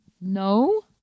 no